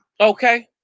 Okay